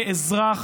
כאזרח,